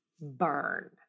Burn